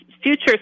future